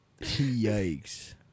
Yikes